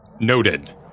noted